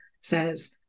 says